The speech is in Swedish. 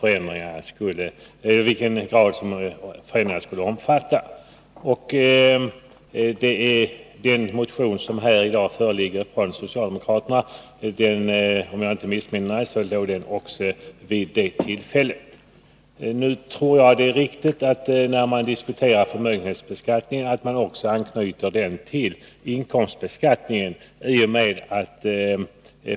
Om jag inte missminner mig hade socialdemokraterna också vid det tillfället en motion, av ungefär samma innehåll som den nu föreliggande. Enligt min mening är det riktigt att anknyta diskussionen om förmögenhetsbeskattningen till inkomstbeskattningen.